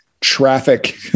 traffic